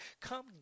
come